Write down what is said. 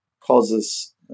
causes